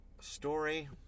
story